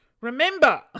remember